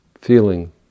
feeling